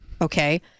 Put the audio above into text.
Okay